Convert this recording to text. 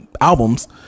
albums